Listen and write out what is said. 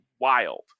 wild